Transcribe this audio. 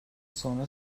sonra